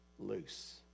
loose